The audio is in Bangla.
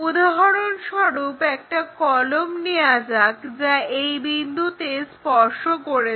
উদাহরণস্বরূপ একটা কলম নেওয়া যাক যা এই বিন্দুকে স্পর্শ করেছে